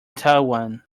taiwan